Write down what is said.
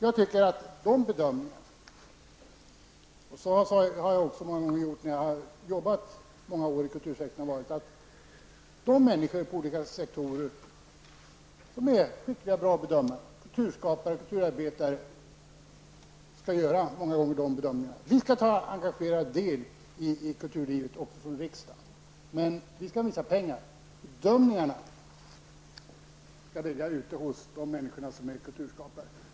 Bedömningar i det hänseendet -- jag har också gjort bedömningar många gånger under de många år som jag arbetat inom kultursektorn -- skall göras av människor på olika sektorer som är riktigt bra bedömare, kulturskapare och kulturarbetare, vilka tar engagerat del i kulturlivet. Riksdagen skall anvisa pengar, de kulturella bedömningarna skall göras av människor som är kulturskapare.